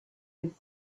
had